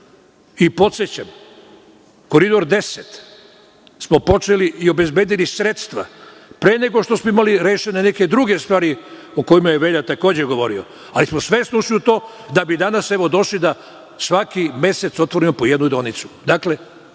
operativu. Podsećam, Koridor 10 smo počeli i obezbedili sredstva pre nego što smo imali rešene neke druge stvari o kojima je Velja takođe govorio, ali smo svesno ušli u to, da bi danas došli da svaki mesec otvorimo po jednu deonicu.